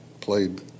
played